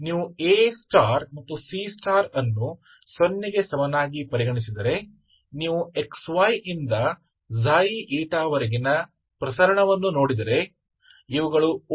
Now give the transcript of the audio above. ನೀವು Aಮತ್ತು C ಅನ್ನು ಸೊನ್ನೆಗೆ ಸಮನಾಗಿ ಪರಿಗಣಿಸಿದರೆ ನೀವು xy ಯಿಂದ ξ η ವರೆಗಿನ ಪ್ರಸರಣವನ್ನು ನೋಡಿದರೆ ಇವುಗಳು ಓ